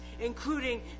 including